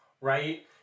right